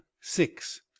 Six